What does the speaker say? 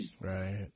right